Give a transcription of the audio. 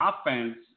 offense